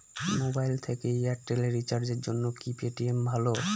Mobile থেকে Airtel এ রিচার্জের জন্য কি পেটিএম ভালো?